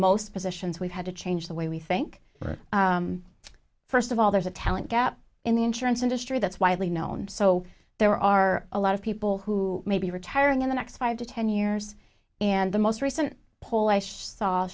most positions we've had to change the way we think first of all there's a talent gap in the insurance industry that's widely known so there are a lot of people who may be retiring in the next five to ten years and the most recent pol